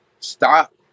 stop